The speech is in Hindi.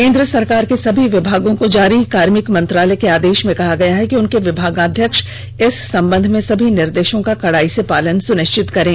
केंद्र सरकार के सभी विभागों को जारी कार्मिक मंत्रालय के आदेश में कहा गया है कि उनके विभागाध्यक्ष इस संबंध में सभी निर्देशों का कड़ाई से पालन सुनिश्चित करें